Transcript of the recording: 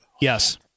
Yes